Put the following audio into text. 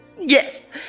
Yes